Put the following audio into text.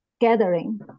gathering